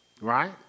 right